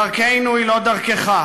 דרכנו היא לא דרכך.